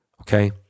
okay